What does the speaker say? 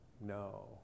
no